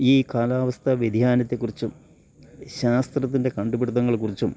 ഈ കാലാവസ്ഥാ വ്യതിയാനത്തെ കുറിച്ചും ശാസ്ത്രത്തിൻ്റെ കണ്ടുപിടിത്തങ്ങളെ കുറിച്ചും